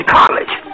college